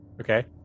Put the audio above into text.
Okay